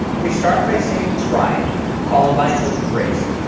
we start by saying try followed by an open brace.